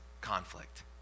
conflict